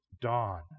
dawn